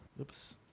Oops